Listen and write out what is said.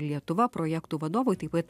lietuva projektų vadovui taip pat